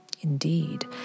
Indeed